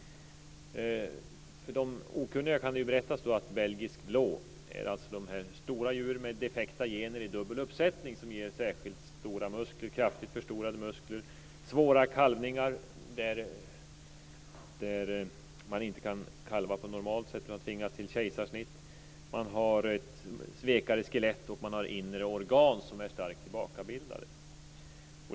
För de okunniga kan det berättas att belgisk blå är stora djur med defekta gener i dubbel uppsättning, som ger särskilt stora, kraftigt förstorade muskler och svåra kalvningar. Kalvning kan inte ske på normalt sätt, utan man tvingas till kejsarsnitt. Skelettet är vekare, och de inre organen är starkt tillbakabildade.